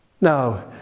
Now